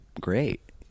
great